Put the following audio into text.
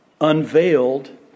Unveiled